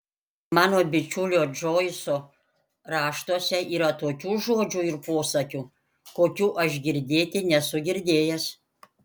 mano bičiulio džoiso raštuose yra tokių žodžių ir posakių kokių aš girdėti nesu girdėjęs